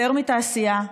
יותר מתעשייה,